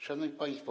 Szanowni Państwo!